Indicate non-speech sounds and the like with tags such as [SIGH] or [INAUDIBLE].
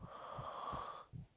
[NOISE]